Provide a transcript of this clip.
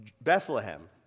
Bethlehem